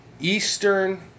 Eastern